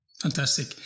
fantastic